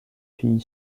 fille